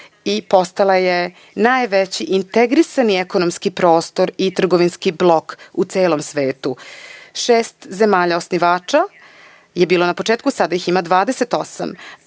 i postala je najveći integrisani ekonomski prostor i trgovinski blok u celom svetu. Šest zemalja osnivača je bilo na početku, a sada ih ima 28.